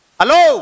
Hello